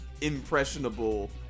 impressionable